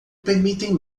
permitem